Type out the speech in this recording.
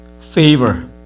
favor